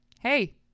Hey